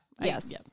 Yes